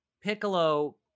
Piccolo